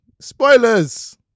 spoilers